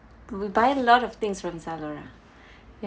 we buy a lot of things from Zalora